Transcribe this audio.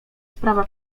sprawa